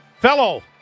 fellow